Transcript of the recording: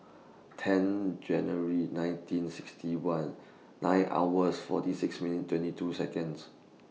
ten January nineteen sixty one nine hours forty six minute twenty two Seconds